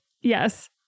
yes